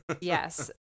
Yes